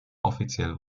offiziell